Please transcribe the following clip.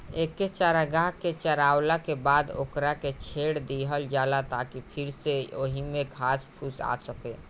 एके चारागाह के चारावला के बाद ओकरा के छोड़ दीहल जाला ताकि फिर से ओइमे घास फूस आ सको